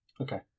Okay